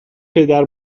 پدر